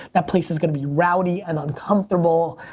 that place is gonna be rowdy and uncomfortable.